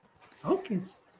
focus